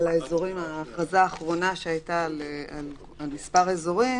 להכרזה האחרונה שהייתה על מס' אזורים,